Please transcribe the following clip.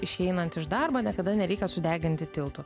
išeinant iš darbo niekada nereikia sudeginti tiltų